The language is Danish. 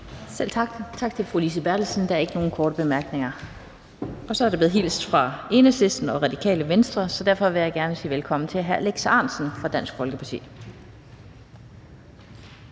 Selv tak. Tak til fru Lise Bertelsen. Der er ikke nogen korte bemærkninger. Der er blevet hilst fra Enhedslisten og Radikale Venstre, så derfor vil jeg gerne sige velkommen til hr. Alex Ahrendtsen fra Dansk Folkeparti.